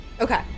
Okay